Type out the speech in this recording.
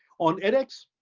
on edx,